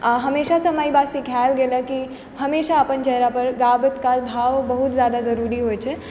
आ हमेशासँ हमरा ई बात हमरा सिखाएल गेल हँ कि हमेशा अपन चेहरा पर गाबैत काल भाव बहुत जादा जरुरी होइ छै